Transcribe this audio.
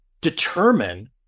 determine